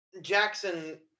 Jackson